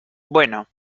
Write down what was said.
bueno